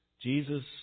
Jesus